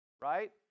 right